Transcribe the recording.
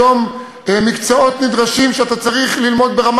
היום הם מקצועות נדרשים שאתה צריך ללמוד ברמה